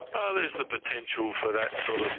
ah there is the potential for that sort of